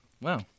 Wow